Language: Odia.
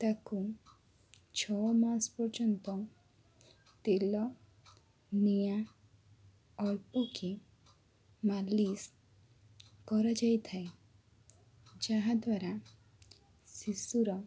ତାକୁ ଛଅ ମାସ ପର୍ଯ୍ୟନ୍ତ ତେଲ ନିଆଁ ଅଳ୍ପକେ ମାଲିସ୍ କରାଯାଇଥାଏ ଯାହାଦ୍ଵାରା ଶିଶୁର